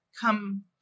come